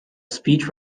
speech